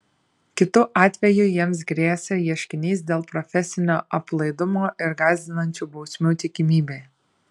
kitu atveju jiems grėsė ieškinys dėl profesinio aplaidumo ir gąsdinančių bausmių tikimybė